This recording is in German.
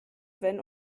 wenn